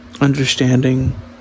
understanding